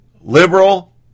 liberal